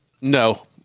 No